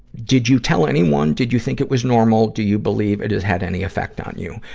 did you tell anyone did you think it was normal do you believe it has had any effect on you?